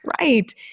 Right